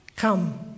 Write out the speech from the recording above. Come